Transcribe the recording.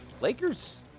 Lakers